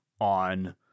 on